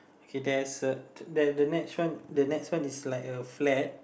okay there's a the next one is like a flag